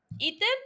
Ethan